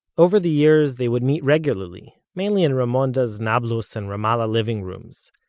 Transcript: over the years, they would meet regularly, mainly in raymonda's nablus and ramallah living rooms,